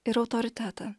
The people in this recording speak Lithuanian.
ir autoritetą